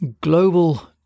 global